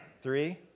Three